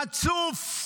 חצוף.